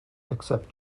except